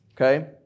okay